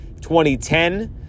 2010